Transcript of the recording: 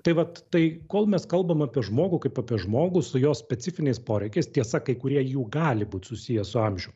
tai vat tai kol mes kalbam apie žmogų kaip apie žmogų su jos specifiniais poreikiais tiesa kai kurie jų gali būti susiję su amžium